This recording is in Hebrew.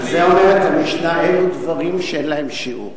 על זה אומרת המשנה "אלו דברים שאין להם שיעור".